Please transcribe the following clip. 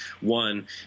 one